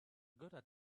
gotta